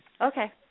Okay